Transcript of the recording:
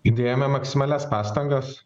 įdėjome maksimalias pastangas